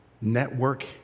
network